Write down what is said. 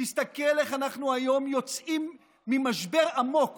תסתכל איך היום אנחנו יוצאים ממשבר עמוק